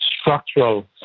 structural